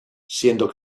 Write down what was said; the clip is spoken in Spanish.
siendo